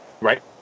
Right